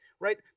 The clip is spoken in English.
right